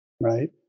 Right